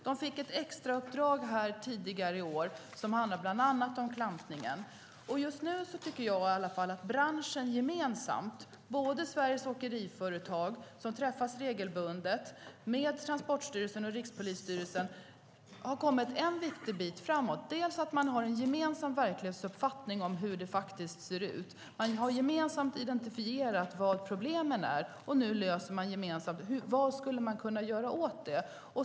De fick ett extrauppdrag tidigare i år som handlar bland annat om klampningen. Just nu tycker jag att branschen gemensamt, Sveriges åkeriföretag som träffas regelbundet med Transportstyrelsen och Rikspolisstyrelsen, har kommit en viktig bit framåt. Man har en gemensam verklighetsuppfattning om hur det faktiskt ser ut, man har gemensamt identifierat vad som är problemen, och nu löser man gemensamt vad som kan göras åt dem.